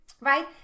right